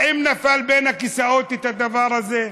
האם נפל בין הכיסאות הדבר הזה?